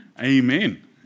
Amen